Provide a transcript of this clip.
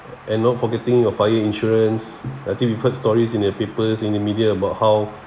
and not forgetting your fire insurance I think we heard stories in the papers in the medias about how